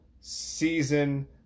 season